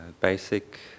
basic